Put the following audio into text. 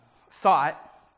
thought